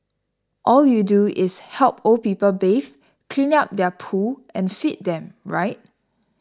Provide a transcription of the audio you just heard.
all you do is help old people bathe clean up their poo and feed them right